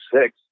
six